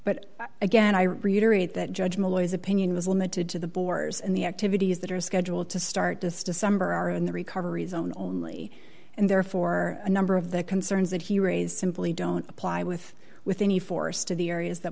but again i reiterate that judge malloy's opinion was limited to the boers and the activities that are scheduled to start this december are in the recovery zone only and therefore a number of the concerns that he raised simply don't apply with with any force to the areas that